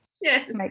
yes